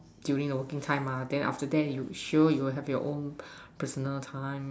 during the working time sure you have your own personal time